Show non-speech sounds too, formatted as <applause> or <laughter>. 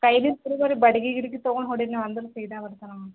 ಕೈಗೆ <unintelligible> ಬಡಗಿ ಗಿಡ್ಗಿ ತೊಗೊಂಡು ಹೊಡೀರಿ ನೀವು ಅಂದ್ರೆ ಸೀದಾ ಬರ್ತಾನೆ ಅವ